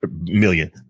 million